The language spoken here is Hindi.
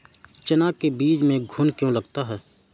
चना के बीज में घुन क्यो लगता है?